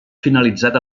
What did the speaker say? finalitzat